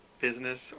business